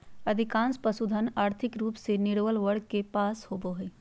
अधिकांश पशुधन, और्थिक रूप से निर्बल वर्ग के पास होबो हइ